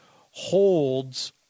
holds